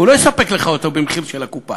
הוא לא יספק לך אותו במחיר של הקופה,